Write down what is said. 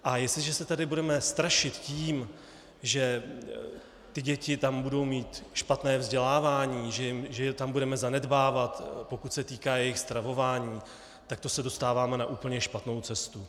A jestliže se tady budeme strašit tím, že děti tam budou mít špatné vzdělávání, že je tam budeme zanedbávat, pokud se týká jejich stravování, tak to se dostáváme na úplně špatnou cestu.